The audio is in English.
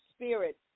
spirit